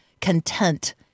content